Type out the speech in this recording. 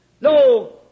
No